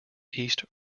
east